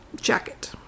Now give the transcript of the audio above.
jacket